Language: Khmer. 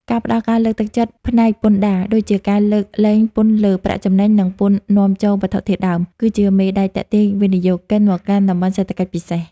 ការផ្ដល់ការលើកទឹកចិត្តផ្នែកពន្ធដារ ដូចជាការលើកលែងពន្ធលើប្រាក់ចំណេញ និងពន្ធនាំចូលវត្ថុធាតុដើម គឺជាមេដែកទាក់ទាញវិនិយោគិនមកកាន់ តំបន់សេដ្ឋកិច្ចពិសេស។